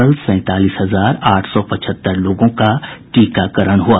कल सैंतालीस हजार आठ सौ पचहत्तर लोगों का टीकाकरण हुआ